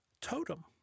Totem